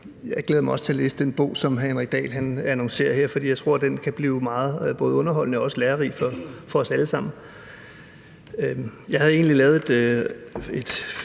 Jeg glæder mig også til at læse den bog, som hr. Henrik Dahl annoncerede her, for jeg tror, at den kan blive meget både underholdende og lærerig for os alle sammen. Jeg havde egentlig lavet et